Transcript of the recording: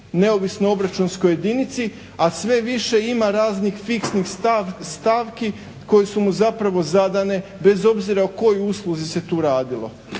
neovisno o obračunskoj jedinici, a sve više ima raznih fiksnih stavki koje su mu zapravo zadane, bez obzira o kojoj usluzi se tu radilo.